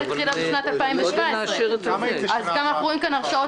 אנחנו כל הזמן מוסיפים קווים,